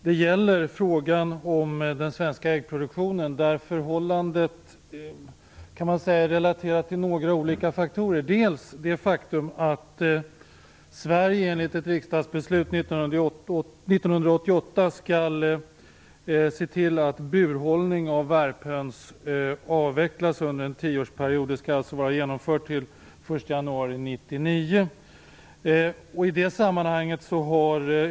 Det gäller den svenska äggproduktionen, vars förhållanden är relaterade för det första till det faktum att Sverige enligt ett riksdagsbeslut från 1988 skall se till att burhållning av värphöns avvecklas under en tioårsperiod. Detta skall alltså vara genomfört till den 1 januari 1999.